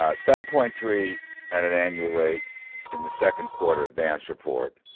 ah seven point three at an annual rate in the second quarter advanced report,